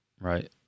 right